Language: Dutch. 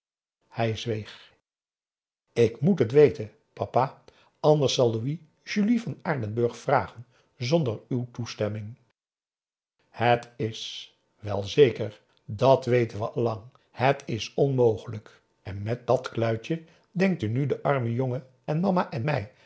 hij zweeg ik moet het weten papa anders zal louis julie van aardenburg vragen zonder uw toestemming het is wel zeker dat weten we al lang het is onmogelijk en met dat kluitje denkt u nu den armen jongen en mama en mij